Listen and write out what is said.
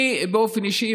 אני באופן אישי,